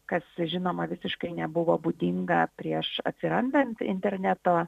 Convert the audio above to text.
kas žinoma visiškai nebuvo būdinga prieš atsirandant interneto